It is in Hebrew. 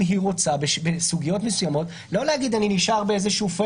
היא רוצה בסוגיות מסוימות לא להשאיר את זה בתוך